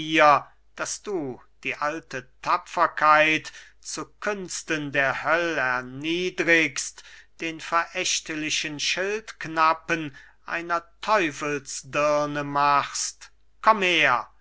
daß du die alte tapferkeit zu künsten der höll erniedrigst den verächtlichen schildknappen einer teufelsdirne machst kommt her